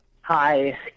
Hi